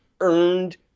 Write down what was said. earned